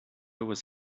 was